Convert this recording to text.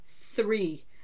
three